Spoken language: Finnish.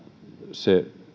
se